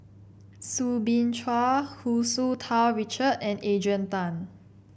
Soo Bin Chua Hu Tsu Tau Richard and Adrian Tan